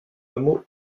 hameau